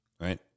right